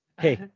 Hey